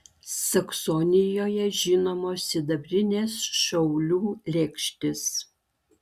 saksonijoje žinomos sidabrinės šaulių lėkštės